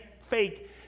fake